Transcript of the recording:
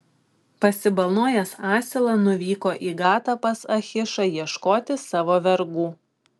pasibalnojęs asilą nuvyko į gatą pas achišą ieškoti savo vergų